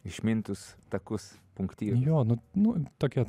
išmintus takus punktyrais jo nu nu tokia